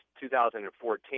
2014